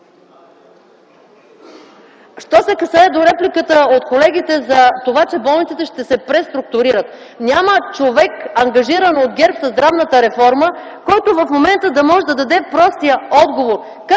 Що се касае до репликата от колегите, че болниците ще се преструктурират. Няма човек, ангажиран от ГЕРБ със здравната реформа, който в момента да може да даде простия отговор